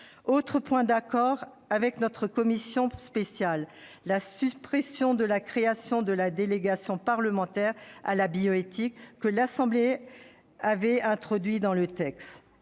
Autre point d'accord avec notre commission spéciale, la suppression de la création de délégations parlementaires à la bioéthique, disposition que l'Assemblée nationale avait introduite dans le texte.